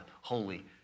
Holy